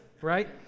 Right